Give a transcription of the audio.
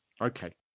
Okay